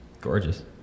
gorgeous